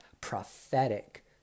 prophetic